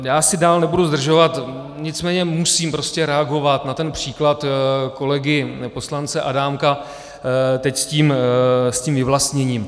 Já asi dál nebudu zdržovat, nicméně musím reagovat na ten příklad kolegy poslance Adámka teď s tím vyvlastněním.